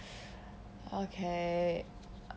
okay